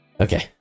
Okay